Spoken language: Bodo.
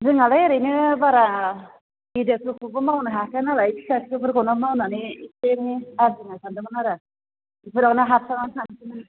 जोंहालाय ओरैनो बारा गेदेरफोरखौबो मावनो हाखाया नालाय फिसा फिसौफोरखौनो मावनानै एसे एनै आरजिनो सानदोंमोन आरो बेफोरावनो हाबसोनानै थानोसै